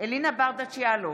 אלינה ברדץ' יאלוב,